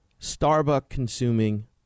Starbucks-consuming